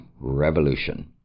Revolution